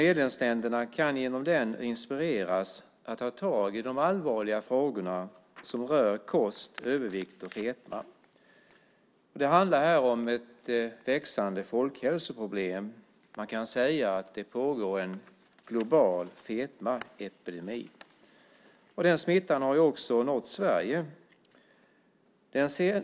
Medlemsländerna kan genom den inspireras att ta tag i de allvarliga frågor som rör kost, övervikt och fetma. Det handlar om ett växande folkhälsoproblem. Man kan säga att det pågår en global fetmaepidemi. Den smittan har också nått Sverige.